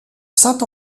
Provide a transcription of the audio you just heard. saint